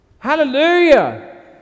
Hallelujah